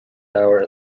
leabhar